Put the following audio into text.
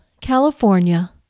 California